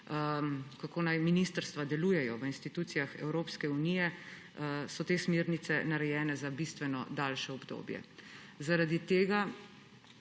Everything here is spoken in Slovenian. kako naj ministrstva delujejo v institucijah Evropske unije, so narejene za bistveno daljše obdobje. Zaradi tega